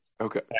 Okay